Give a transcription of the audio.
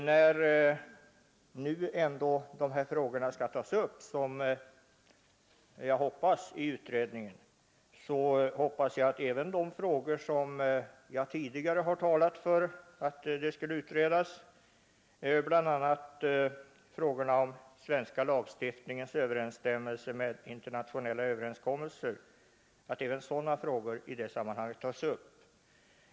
När nu de här frågorna ändå skall tas upp i utredningen, hoppas jag att även de problem jag tidigare har sagt borde utredas — bl.a. frågan om den svenska lagstiftningens överensstämmelse med internationella överenskommelser — kommer att beaktas i sammanhanget.